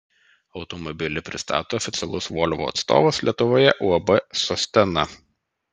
automobilį pristato oficialus volvo atstovas lietuvoje uab sostena